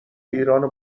ایران